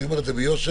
אני אומר דברים ביושר,